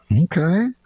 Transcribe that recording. okay